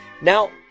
Now